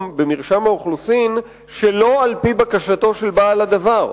במרשם האוכלוסין שלא על-פי בקשתו של בעל הדבר.